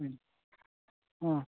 অঁ